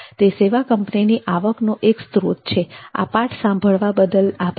તે સેવા કંપનીની આવકનો એક સ્ત્રોત છે આ પાઠ સાંભળવા બદલ આભાર